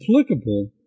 applicable